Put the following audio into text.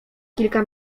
kilka